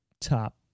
top